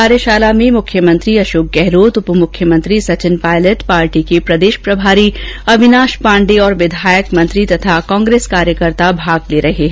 कार्यशाला में मुख्यमंत्री अशोक गहलोत उप मुख्यमंत्री सचिन पायलट पार्टी के प्रदेश प्रभारी अविनांश पाण्डे और विधायक मंत्री और कांग्रेस कार्यकर्ता भाग ले रहे हैं